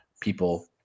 people